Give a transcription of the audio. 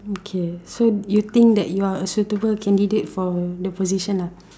okay so you think that you are a suitable candidate for the position lah